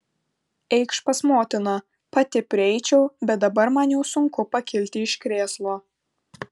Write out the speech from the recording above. eikš pas motiną pati prieičiau bet dabar man jau sunku pakilti iš krėslo